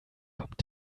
kommt